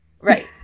Right